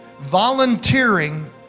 volunteering